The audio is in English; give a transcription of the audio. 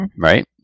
right